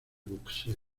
boxeo